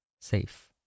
Safe